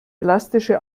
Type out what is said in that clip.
elastische